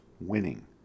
winning